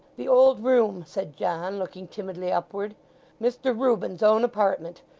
the old room said john, looking timidly upward mr reuben's own apartment,